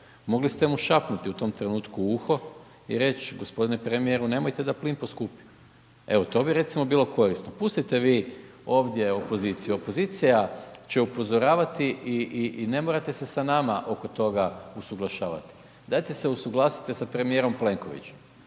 mogli ste mu šapnuti u tom trenutku u uho i reć g. premijeru nemojte da plin poskupi, evo to bi recimo bilo korisno. Pustite vi ovdje opoziciju, opozicija će upozoravati i ne morate se sa nama oko toga usuglašavati, dajte se usuglasite sa premijerom Plenkovićem.